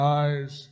eyes